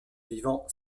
vivant